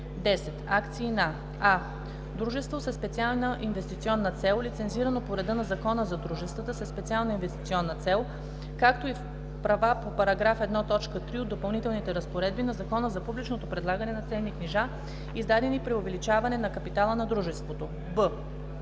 10. акции на: а) дружество със специална инвестиционна цел, лицензирано по реда на Закона за дружествата със специална инвестиционна цел, както и в права по § 1, т. 3 от допълнителните разпоредби на Закона за публичното предлагане на ценни книжа, издадени при увеличаване на капитала на дружеството; б)